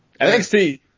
NXT